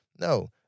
No